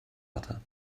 hatte